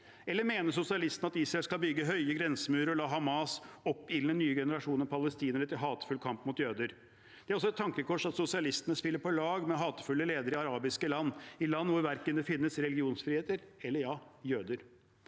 Eller mener sosialistene at Israel skal bygge høye grensemurer og la Hamas oppildne nye generasjoner av palestinere til hatefull kamp mot jøder? Det er også et tankekors at sosialistene spiller på lag med hatefulle ledere i arabiske land – land hvor det finnes verken religionsfrihet eller jøder.